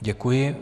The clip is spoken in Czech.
Děkuji.